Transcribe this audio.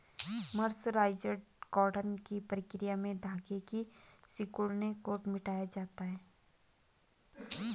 mercerised cotton की प्रक्रिया में धागे की सिकुड़न को मिटाया जाता है